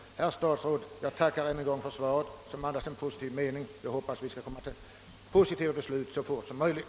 Herr statsråd! Jag tackar än en gång för svaret som har en positiv anda. Jag hoppas att vi också skall komma fram till positiva beslut så fort som möjligt.